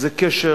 זה קשר